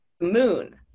moon